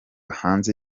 hanze